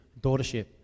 daughtership